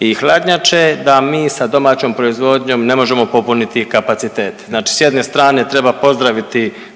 i hladnjače da mi sa domaćom proizvodnjom ne možemo popuniti kapacitete. Znači s jedne strane treba pozdraviti